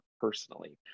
personally